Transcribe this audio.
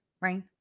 right